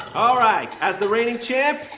all right. as the reigning champ,